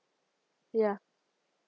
ya